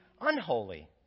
unholy